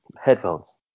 headphones